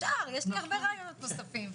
יש לי הרבה רעיונות נוספים.